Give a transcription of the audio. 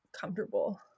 comfortable